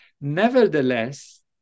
Nevertheless